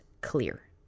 clear